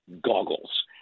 goggles